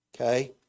Okay